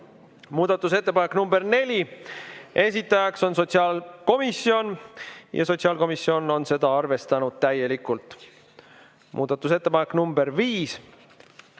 Muudatusettepanek nr 4, esitajaks on sotsiaalkomisjon ja sotsiaalkomisjon on seda arvestanud täielikult. Muudatusettepanek nr 5,